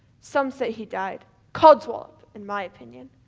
some say he died. codswallop in my opinion.